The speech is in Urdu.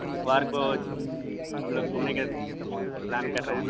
اتوار کو ہم لوگ گھومنے کے پلان کر رہے ہیں